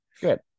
Good